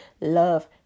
love